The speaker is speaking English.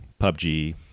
PUBG